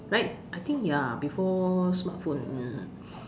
right I think ya before smartphone mm